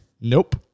Nope